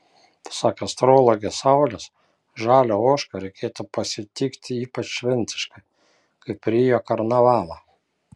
pasak astrologės saulės žalią ožką reikėtų pasitikti ypač šventiškai kaip rio karnavalą